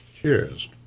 Cheers